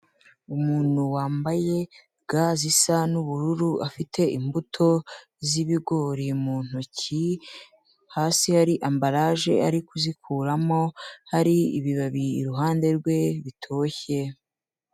Umuntu wambaye ga zisa n'ubururu afite imbuto z'ibigori mu ntoki hasi hari ambaraje ari kuzikuramo hari ibibabi iruhande rwe bitoshye.